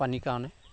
পানীৰ কাৰণে